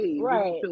Right